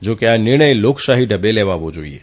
જા કે આ નિર્ણય લોકશાહી ઢબે લેવાવો જાઇએ